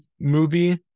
movie